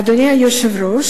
אדוני היושב-ראש,